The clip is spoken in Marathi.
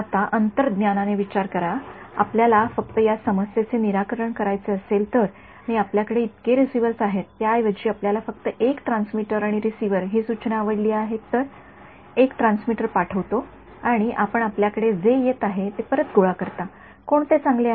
आता अंतर्ज्ञानाने विचार करा आपल्याला फक्त या समस्येचे निराकरण करायचे असेल तर आणि आपल्याकडे इतके रिसीव्हर्स आहेत त्याऐवजी आपल्याला फक्त एक ट्रान्समीटर आणि रिसीव्हर हि सूचना आवडली आहे तर एक ट्रान्समीटर पाठवतो आणि आपण आपल्याकडे जे येत आहे ते परत गोळा करता कोणते चांगले आहे